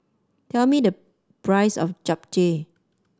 tell me the price of Japchae